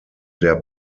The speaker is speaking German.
der